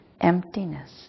emptiness